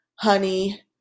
Honey